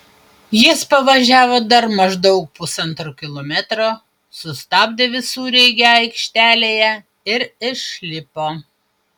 jis pavažiavo dar maždaug pusantro kilometro sustabdė visureigį aikštelėje ir išlipo